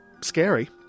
scary